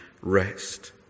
rest